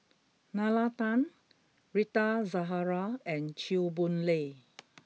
Nalla Tan Rita Zahara and Chew Boon Lay